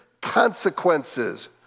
consequences